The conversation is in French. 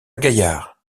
gaillard